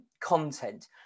content